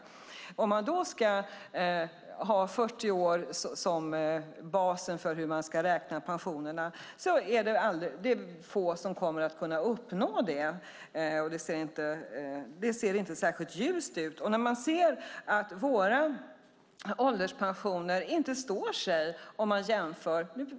Om man då ska ha 40 år som bas för hur man ska räkna pensionerna är det få som kommer att kunna uppnå det. Det ser inte särskilt ljust ut. Man ser att våra ålderspensioner inte står sig i jämförelser.